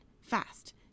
Fast